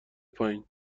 پایین